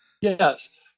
yes